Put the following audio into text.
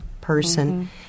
person